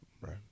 right